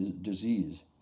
disease